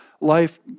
life